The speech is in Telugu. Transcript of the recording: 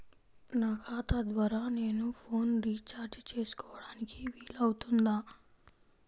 నా ఖాతా ద్వారా నేను ఫోన్ రీఛార్జ్ చేసుకోవడానికి వీలు అవుతుందా?